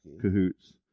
cahoots